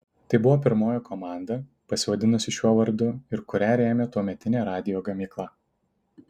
tai buvo pirmoji komanda pasivadinusi šiuo vardu ir kurią rėmė tuometinė radijo gamykla